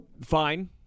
Fine